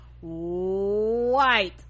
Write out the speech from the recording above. white